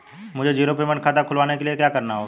मुझे zero payment खाता खुलवाने के लिए क्या करना होगा?